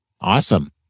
Awesome